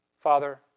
Father